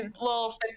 little